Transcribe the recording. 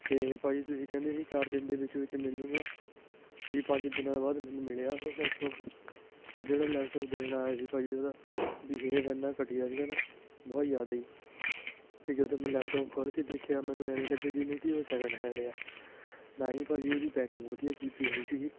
ਅਤੇ ਭਾਅ ਜੀ ਤੁਸੀਂ ਕਹਿੰਦੇ ਸੀ ਚਾਰ ਦਿਨ ਦੇ ਵਿੱਚ ਵਿੱਚ ਮਿਲ ਜੂਗਾ ਭਾਅ ਜੀ ਪੰਜ ਦਿਨਾਂ ਬਾਅਦ ਮੈਨੂੰ ਮਿਲਿਆ ਉਹ ਲੈਪਟੋਪ ਅਤੇ ਜਿਹੜਾ ਲੈਪਟੋਪ ਦੇਣ ਆਇਆ ਸੀ ਭਾਅ ਜੀ ਉਹਦਾ ਬੀਹੇਵ ਇੰਨਾਂ ਘਟੀਆ ਸੀਗਾ ਨਾ ਬਹੁਤ ਜ਼ਿਆਦੇ ਅਤੇ ਜਦੋਂ ਮੈਂ ਲੈਪਟੋਪ ਖੋਲ੍ਹ ਕੇ ਦੇਖਿਆ ਮੈਨੂੰ ਐਵੇਂ ਲੱਗੇ ਜਿਵੇਂ ਕਿ ਉਹ ਸੈਕਿੰਡ ਹੈਂਡ ਆ ਨਾ ਹੀ ਭਾਅ ਜੀ ਉਹਦੀ ਪੈਕਿੰਗ ਵਧੀਆ ਕੀਤੀ ਹੋਈ ਸੀਗੀ